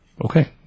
Okay